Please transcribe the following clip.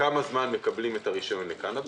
לכמה זמן מקבלים את הרישיון לקנאביס?